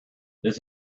this